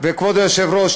וכבוד היושב-ראש,